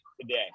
today